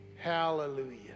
Hallelujah